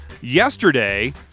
yesterday